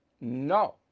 no